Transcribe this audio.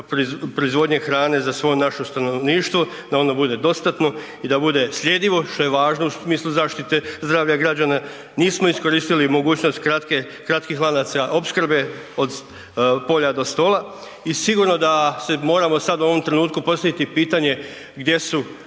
proizvodnje hrane za svo naše stanovništvo, da ono bude dostatno i da bude sljedivo što je važno u smislu zaštite zdravlja građana. Nismo iskoristili mogućnost kratke, kratkih lanaca opskrbe od polja do stola i sigurno da se moramo sad u ovom trenutku postaviti pitanje gdje su